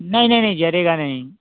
नहीं नहीं नहीं जलेगा नहीं